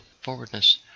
forwardness